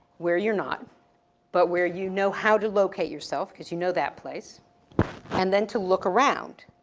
where you're not but where you know how to locate yourself cuz you know that place and then to look around.